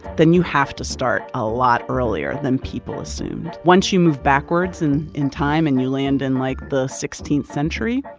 then you have to start a lot earlier than people assumed. once you move backwards in in time, and you land in, like, the sixteenth century,